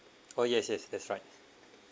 oh yes yes that's right